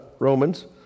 Romans